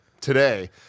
today